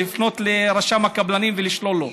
לפנות לרשם הקבלנים ולשלול לו.